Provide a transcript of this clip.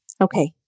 Okay